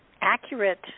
accurate